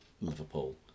Liverpool